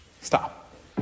Stop